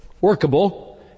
workable